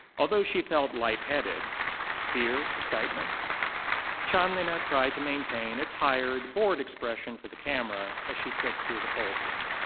although she felt light-headed fear? excitement chanlina tried to maintain a tired, bored expression for the camera as she clicked through the folders.